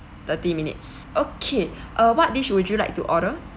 thirty minutes okay uh what dish would you like to order